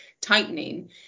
tightening